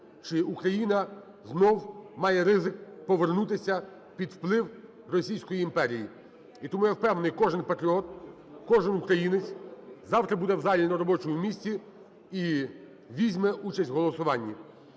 чи Україна знов має ризик повернутися під вплив Російської імперії. І тому я впевнений, кожен патріот, кожен українець завтра буде в залі на робочому місці і візьме участь в голосуванні.